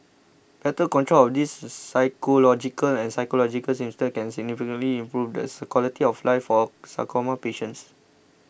better control of these physiological and psychological symptoms can significantly improve the quality of life for sarcoma patients